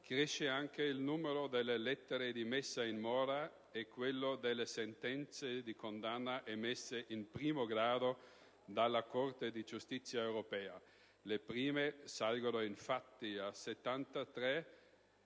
Cresce anche il numero delle lettere di messa in mora e quello delle sentenze di condanna emesse in primo grado dalla Corte di giustizia europea. Le prime salgono infatti da 73